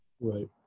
Right